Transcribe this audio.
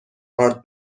آرد